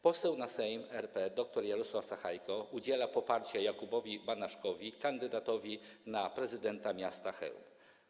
Poseł na Sejm RP doktor Jarosław Sachajko udziela poparcia Jakubowi Banaszkowi, kandydatowi na prezydenta miasta Chełma.